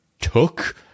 took